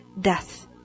death